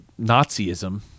Nazism